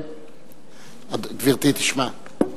גברתי תשמע.